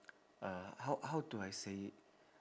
uh how how do I say it